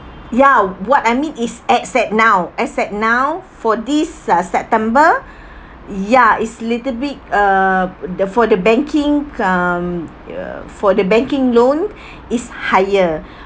ya what I mean is as at now as at now for this uh september ya it's little bit uh the for the banking um ya for the banking loan is higher